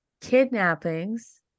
kidnappings